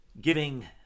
giving